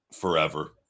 forever